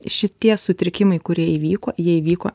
širdies sutrikimai kurie įvyko jie įvyko